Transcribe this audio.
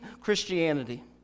Christianity